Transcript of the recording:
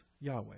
Yahweh